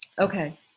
Okay